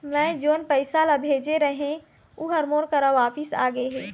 मै जोन पैसा ला भेजे रहें, ऊ हर मोर करा वापिस आ गे हे